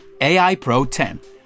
AIPRO10